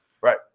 Right